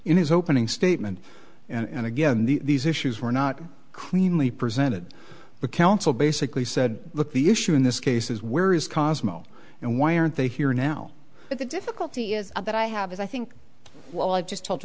in his opening statement and again these issues were not crean lee presented the council basically said look the issue in this case is where is kosmos and why aren't they here now but the difficulty is that i have as i think well i've just told you